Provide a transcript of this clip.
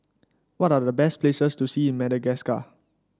what are the best places to see in Madagascar